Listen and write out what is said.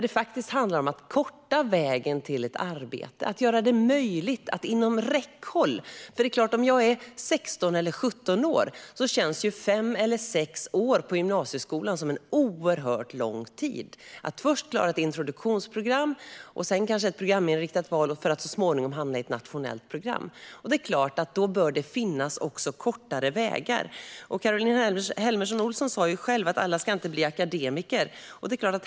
Det handlar om att korta vägen till ett arbete, att arbetet ska finnas inom räckhåll. Vid 16-17 års ålder känns fem eller sex år på gymnasieskolan som en oerhört lång tid. Först ska man klara ett introduktionsprogram, sedan ett programinriktat val för att så småningom hamna i ett nationellt program. Då bör det finnas också kortare vägar. Caroline Helmersson Olsson sa själv att alla inte ska bli akademiker.